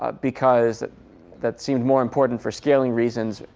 ah because that that seemed more important for scaling reasons.